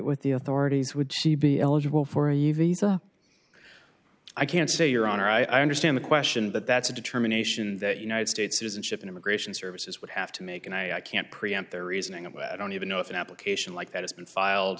with the authorities would she be eligible for a visa i can't say your honor i understand the question but that's a determination that united states citizenship and immigration services would have to make and i can't preempt their reasoning about i don't even know if an application like that has been filed